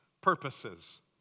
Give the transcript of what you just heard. purposes